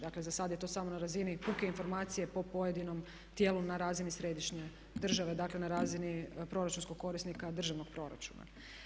Dakle za sada je to samo na razini puke informacije po pojedinom tijelu na razini središnje države, dakle na razini proračunskog korisnika državnog proračuna.